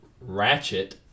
Ratchet